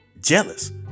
jealous